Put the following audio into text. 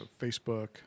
Facebook